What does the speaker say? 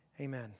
Amen